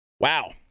wow